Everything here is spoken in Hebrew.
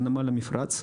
לנמל המפרץ.